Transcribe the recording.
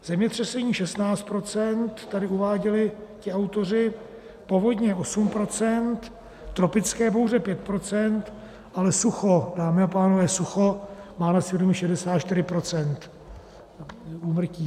Zemětřesení 16 %, tady uváděli ti autoři, povodně 8 %, tropické bouře 5 % ale sucho, dámy pánové, sucho má na svědomí 64 % úmrtí.